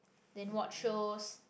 then watch shows